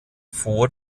vor